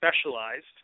specialized